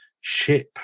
ship